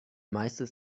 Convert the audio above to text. meiste